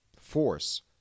force